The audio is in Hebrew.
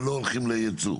ולא הולכים ליצוא.